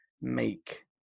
make